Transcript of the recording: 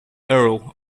earl